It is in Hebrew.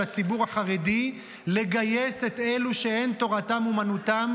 הציבור החרדי לגייס את אלה שאין תורתם אומנותם,